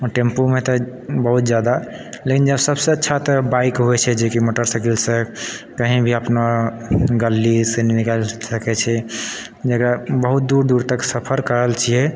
टेम्पूमे तऽ बहुत जादा लेकिन जब सबसँ अच्छा तऽ बाइक होइ छै जे कि मोटरसाइकिलसँ कहीं भी अपना गलीसँ निकालि सकै छी जकरा बहुत दूर दूर तक सफर करल छियै